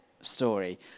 story